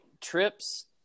Trips